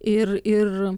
ir ir